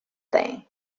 thing